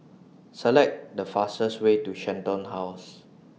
Select The fastest Way to Shenton House